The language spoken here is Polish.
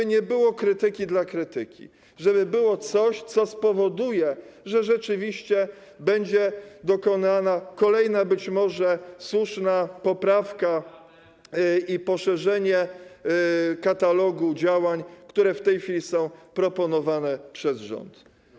Chodzi o to, żeby nie było krytyki dla krytyki, żeby było coś, co spowoduje, że rzeczywiście będzie wprowadzona kolejna, być może słuszna poprawka i nastąpi poszerzenie katalogu działań, które w tej chwili są proponowane przez rząd.